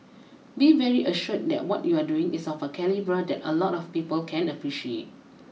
be very assured that what you're doing is of a calibre that a lot of people can appreciate